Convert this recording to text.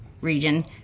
region